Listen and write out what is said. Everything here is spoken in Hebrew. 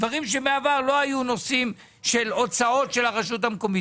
דברים שבעבר לא היו נושאים של הוצאות של הרשות המקומית,